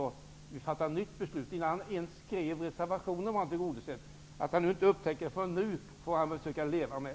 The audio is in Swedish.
Det var tillgodosett redan innan han skrev meningsyttringen. Att han inte har upptäckt det förrän nu får han försöka leva med.